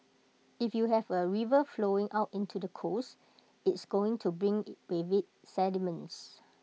if you have A river flowing out into the coast it's going to bring with IT sediments